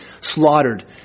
slaughtered